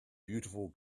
beautiful